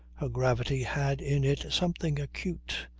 her gravity had in it something acute,